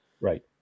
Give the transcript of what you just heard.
Right